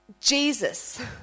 Jesus